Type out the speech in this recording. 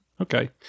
okay